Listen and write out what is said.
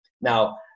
Now